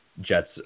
Jets